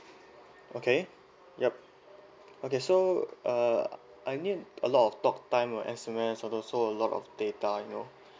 okay yup okay so uh I need a lot of talk time or S_M_S and also a lot of data you know